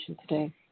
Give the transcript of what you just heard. today